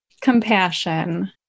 Compassion